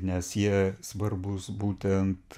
nes jie svarbūs būtent